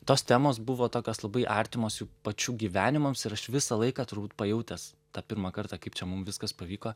tos temos buvo tokios labai artimos jų pačių gyvenimams ir aš visą laiką turbūt pajautęs tą pirmą kartą kaip čia mum viskas pavyko